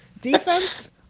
defense